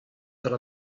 dra